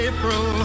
April